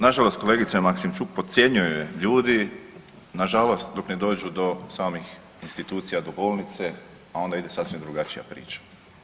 Nažalost kolegice Maksimčuk, podcjenjuje ljudi nažalost dok ne dođu do samih institucija, do bolnice, pa onda ide sasvim drugačija priča.